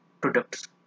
products